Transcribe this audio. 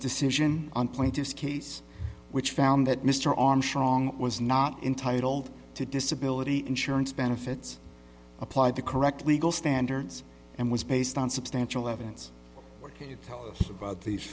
decision on plaintiff's case which found that mr armstrong was not entitled to disability insurance benefits applied the correct legal standards and was based on substantial evidence working tell us about these